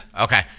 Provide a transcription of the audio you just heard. Okay